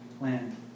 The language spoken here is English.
land